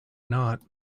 not